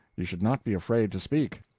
you should not be afraid to speak.